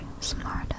Smart